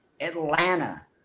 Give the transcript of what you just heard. Atlanta